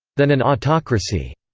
than an autocracy.